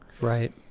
Right